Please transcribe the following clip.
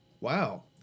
wow